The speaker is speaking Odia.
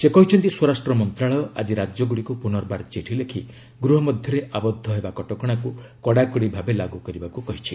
ସେ କହିଛନ୍ତି ସ୍ୱରାଷ୍ଟ୍ର ମନ୍ତ୍ରଣାଳୟ ଆକି ରାଜ୍ୟଗୁଡ଼ିକୁ ପୁନର୍ବାର ଚିଠି ଲେଖି ଗୃହ ମଧ୍ୟରେ ଆବଦ୍ଧ ହେବା କଟକଣାକୁ କଡ଼ାକଡ଼ି ଭାବେ ଲାଗୁ କରିବାକୁ କହିଛି